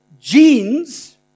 genes